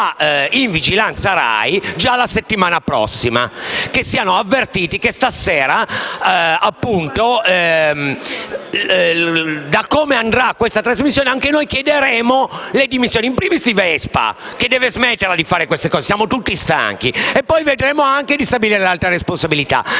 in vigilanza RAI già la settimana prossima. Siano avvertiti che stasera, sulla base di come andrà questa trasmissione, noi chiederemo le dimissioni *in primis* di Vespa, che deve smetterla di fare queste cose (siamo tutti stanchi), e poi vedremo anche di stabilire le altre responsabilità.